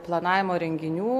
planavimo renginių